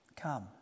Come